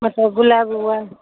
ಮತ್ತ ಗುಲಾಬಿ ಹೂವು